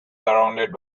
surrounded